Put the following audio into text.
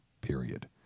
period